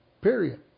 Period